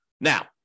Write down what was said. Now